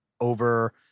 Over